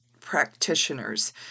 practitioners